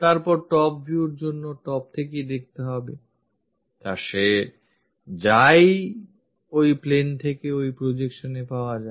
তারপর top view র জন্য তাকে top থেকেই দেখতে হবে তা সে যা ই ওই plane থেকে ওই projectionএ পাওয়া যায়